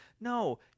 No